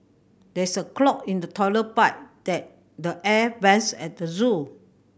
there is a clog in the toilet pipe that the air vents at the zoo